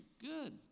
good